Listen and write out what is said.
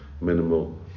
minimal